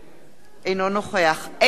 אינו נוכח איתן כבל,